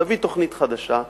תביא תוכנית חדשה,